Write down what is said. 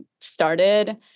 started